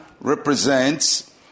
represents